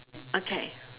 okay